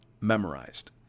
memorized